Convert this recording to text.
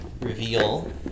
Reveal